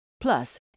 Plus